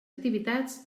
activitats